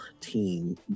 team